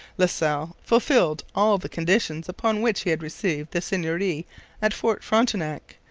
la salle fulfilled all the conditions upon which he had received the seigneury at fort frontenac,